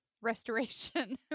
restoration